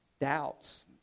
doubts